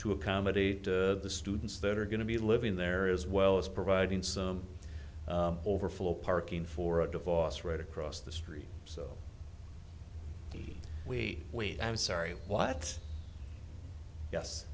to accommodate the students that are going to be living there as well as providing some overflow parking for a divorce right across the street so we wait i'm sorry what yes